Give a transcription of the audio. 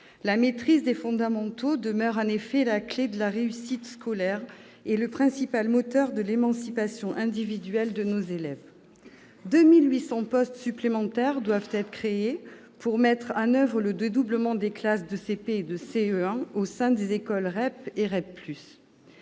La maîtrise des fondamentaux demeure en effet la clef de la réussite scolaire, ainsi que le principal moteur de l'émancipation individuelle de nos élèves. La création de 2 800 postes supplémentaires est prévue pour mettre en oeuvre le dédoublement des classes de CP et de CE1 au sein des écoles REP et REP+.